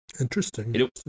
Interesting